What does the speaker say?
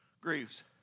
Grieves